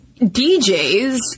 DJs